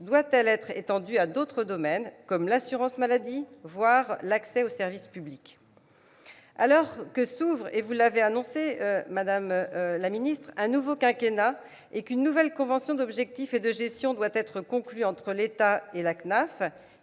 doit-elle être étendue à d'autres domaines, comme l'assurance maladie, voire l'accès aux services publics ? Alors que s'ouvre un nouveau quinquennat et qu'une nouvelle convention d'objectifs et de gestion doit être conclue entre l'État et la CNAF,